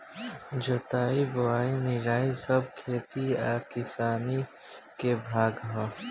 जोताई बोआई निराई सब खेती आ किसानी के भाग हा